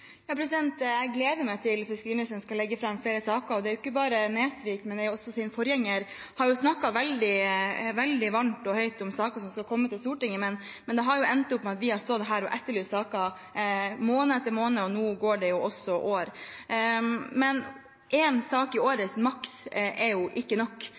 Jeg gleder meg til fiskeriministeren skal legge fram flere saker. Ikke bare Nesvik, men også hans forgjenger har snakket veldig varmt og høyt om saker som skal komme til Stortinget, men det har endt opp med at vi har stått her og etterlyst saker måned etter måned, og nå går det også år. Maks én sak i året er ikke nok